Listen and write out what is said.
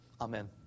Amen